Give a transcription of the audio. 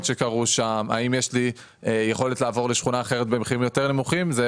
שקרו שם; האם יש לי יכולת לעבור לשכונה אחרת במחירים יותר נמוכים.